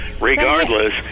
Regardless